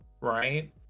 right